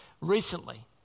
recently